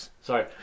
Sorry